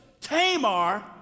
Tamar